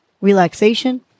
relaxation